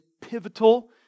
pivotal